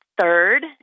Third